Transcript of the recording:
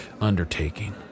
undertaking